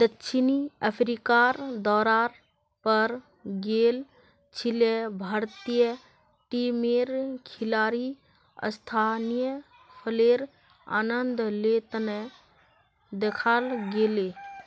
दक्षिण अफ्रीकार दौरार पर गेल छिले भारतीय टीमेर खिलाड़ी स्थानीय फलेर आनंद ले त दखाल गेले